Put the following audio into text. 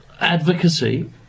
advocacy